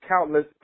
countless